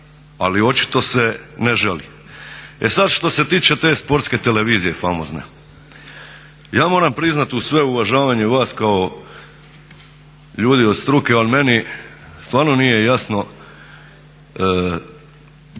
ali očito se ne želi. E sad, što se tiče te Sportske televizije famozne, ja moram priznati uz sve uvažavanje vas kao ljudi od struke ali meni stvarno nije jasno,